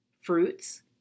fruits